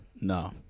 No